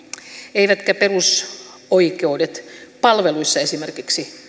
eivätkä perusoikeudet palveluissa esimerkiksi